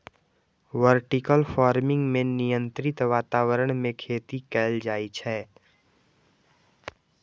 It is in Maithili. वर्टिकल फार्मिंग मे नियंत्रित वातावरण मे खेती कैल जाइ छै